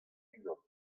unan